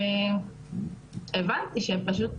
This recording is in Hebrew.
ויפה שעה אחת קודם,